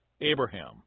Abraham